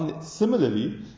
Similarly